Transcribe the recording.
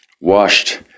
Washed